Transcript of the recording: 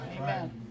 Amen